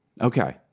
okay